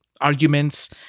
arguments